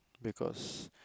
because